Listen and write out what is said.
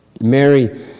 Mary